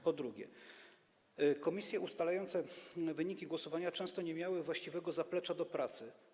Po drugie, komisje ustalające wyniki głosowania często nie miały właściwego zaplecza do pracy.